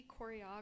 choreography